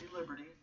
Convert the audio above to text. Liberty